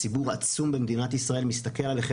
ציבור עצום במדינת ישראל מסתכל עליהם,